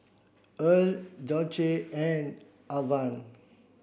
Earle Dulce and Alvan